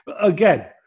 Again